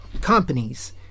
companies